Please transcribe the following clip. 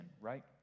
right